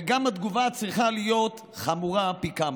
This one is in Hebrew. וגם התגובה צריכה להיות חמורה פי כמה.